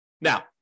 now